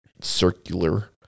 circular